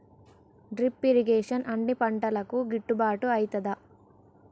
Drip irrigation అన్ని పంటలకు గిట్టుబాటు ఐతదా?